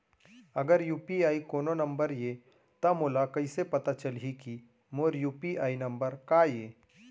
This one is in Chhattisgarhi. अगर यू.पी.आई कोनो नंबर ये त मोला कइसे पता चलही कि मोर यू.पी.आई नंबर का ये?